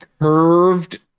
curved